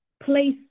place